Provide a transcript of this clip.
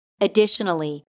Additionally